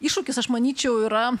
iššūkis aš manyčiau yra